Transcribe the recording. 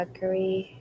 Agree